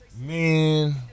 Man